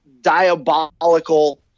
diabolical